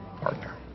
partner